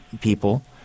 people